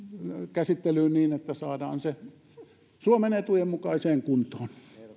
käsittelyyn niin että saadaan se suomen etujen mukaiseen kuntoon